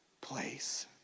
place